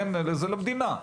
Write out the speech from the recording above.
זה למדינה,